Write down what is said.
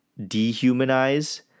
dehumanize